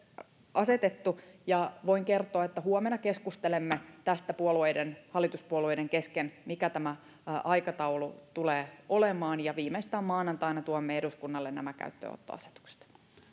asetettu ja voin kertoa että huomenna keskustelemme tästä hallituspuolueiden kesken mikä tämä aikataulu tulee olemaan viimeistään maanantaina tuomme eduskunnalle nämä käyttöönottoasetukset